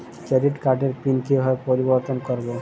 Credit কার্ডের PIN কিভাবে পরিবর্তন করবো?